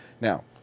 Now